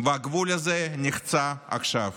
והגבול הזה נחצה עכשיו.